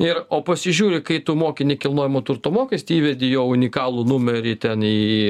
ir o pasižiūri kai tu moki nekilnojamo turto mokestį įvedi jo unikalų numerį ten į